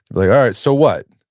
like, all right, so what?